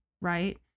right